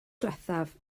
ddiwethaf